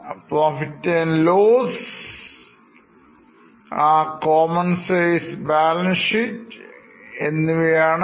ഇത് ഒരു common sense PL ACകോമൺസെൻസ് BaLance Sheet എന്നിവയാണ്